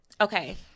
okay